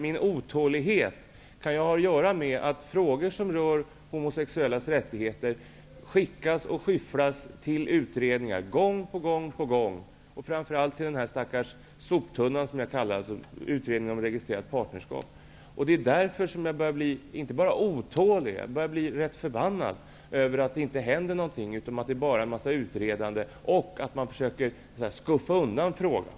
Min otålighet kan ju bero på att frågor som rör homosexuellas rättigheter gång på gång skyfflas till utredningar, framför allt till den soptunna som jag kallar utredningen om registrerat partnerskap. Jag är inte bara otålig utan börjar även bli rätt förbannad över att det bara är en massa utredande och att man försöker skuffa undan frågan.